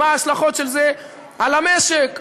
מה ההשלכות של זה על המשק?